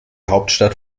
hauptstadt